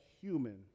human